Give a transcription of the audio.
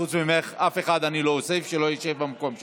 חוץ ממך אני לא אוסיף אף אחד שלא ישב במקום שלו.